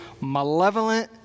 malevolent